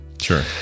Sure